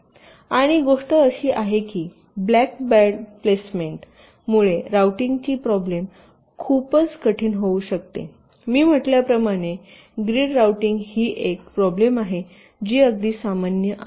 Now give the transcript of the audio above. आणि गोष्ट अशी आहे की ब्लॅक बॅड प्लेसमेंट मुळे राउटिंगची प्रॉब्लेम खूपच कठीण होऊ शकते मी म्हटल्याप्रमाणे ग्रीड रूटिंग ही एक प्रॉब्लेम आहे जी अगदी सामान्य आहे